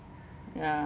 ya